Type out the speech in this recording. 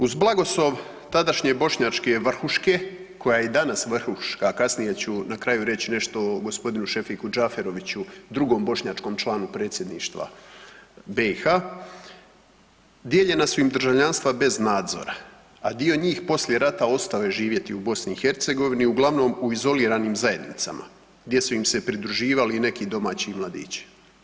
Uz blagoslova tadašnje Bošnjačke vrhuške koja je i danas vrhuška, a kasnije ću na kraju reći nešto o gospodinu Šefiku Džaferoviću drugom Bošnjačkom članu predsjedništva BiH, dijeljena su im državljanstva bez nadzora, a dio njih poslije rata ostao je živjeti u BiH uglavnom u izoliranim zajednicama gdje su im se pridruživali i neki domaći mladići.